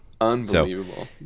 Unbelievable